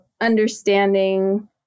understanding